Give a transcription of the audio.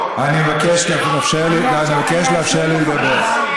סוציו-אקונומי 2. אני מבקש לאפשר לי לדבר.